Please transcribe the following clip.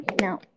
No